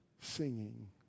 singing